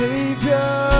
Savior